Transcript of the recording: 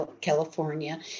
California